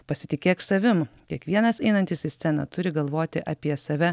pasitikėk savim kiekvienas einantis į sceną turi galvoti apie save